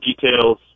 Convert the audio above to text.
details